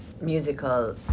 musical